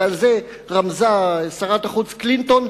ועל זה רמזה שרת החוץ קלינטון,